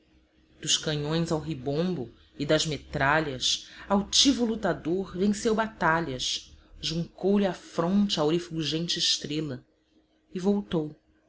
dos canhões ao ribombo e das metralhas altivo lutador venceu batalhas juncou lhe a fronte aurifulgente estrela e voltou